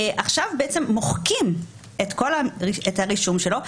ועכשיו בעצם מוחקים את הרישום שלו.